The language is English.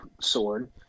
sword